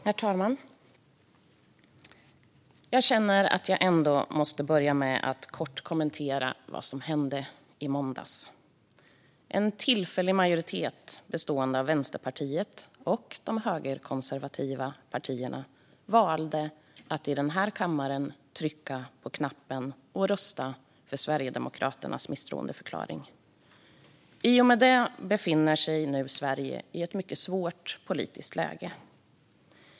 Herr talman! Jag känner att jag måste börja med att kort kommentera vad som hände i måndags. En tillfällig majoritet, bestående av Vänsterpartiet och de högerkonservativa partierna, valde att i den här kammaren trycka på knappen och rösta för Sverigedemokraternas misstroendeförklaring. I och med det befinner sig nu Sverige i ett mycket svårt politiskt läge.